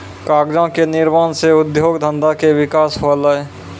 कागजो क निर्माण सँ उद्योग धंधा के विकास होलय